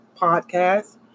podcast